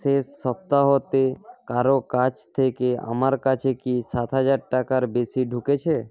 শেষ সপ্তাহতে কারো কাছ থেকে আমার কাছে কি সাতহাজার টাকার বেশি ঢুকেছে